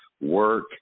work